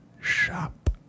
shop